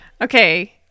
Okay